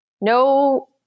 no